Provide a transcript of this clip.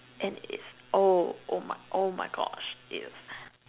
and its oh oh my oh my gosh it's